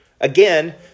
Again